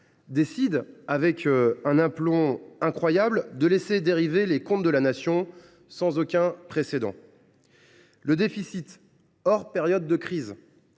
décidé, avec un aplomb incroyable, de laisser dériver les comptes de la Nation, comme jamais précédemment. Le déficit, hors période de crise,